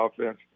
offense